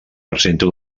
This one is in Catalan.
presenta